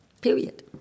period